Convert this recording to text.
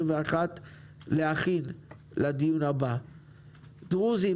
21'. דרוזים,